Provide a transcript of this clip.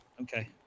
Okay